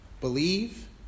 believe